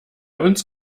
uns